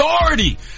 authority